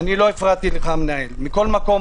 מכל מקום,